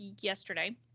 yesterday